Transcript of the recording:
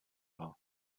war